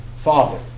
father